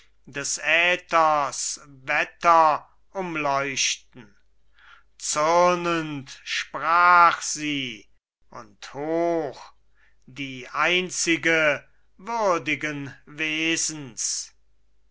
des äthers wetter umleuchten zürnend sprach sie und hoch die einzige würdiges wesens